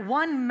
one